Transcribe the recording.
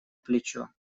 плечо